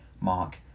Mark